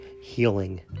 healing